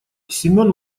семён